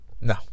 No